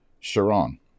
Chiron